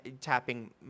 tapping